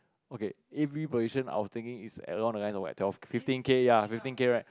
okay every position I was thinking is along the guide or what fifteen K ya fifteen K right